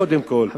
קודם כול,